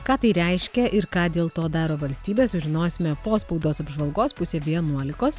ką tai reiškia ir ką dėl to daro valstybė sužinosime po spaudos apžvalgos pusė vienuolikos